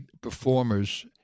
performers